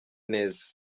neza